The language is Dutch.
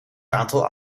aantal